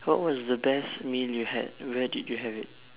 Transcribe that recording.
what was the best meal you had where did you have it